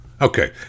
Okay